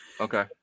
Okay